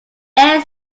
air